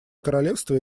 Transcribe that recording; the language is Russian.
королевство